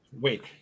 Wait